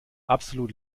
absolut